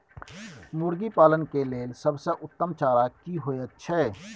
मुर्गी पालन के लेल सबसे उत्तम चारा की होयत छै?